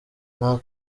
nta